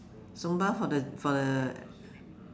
zumba for the for the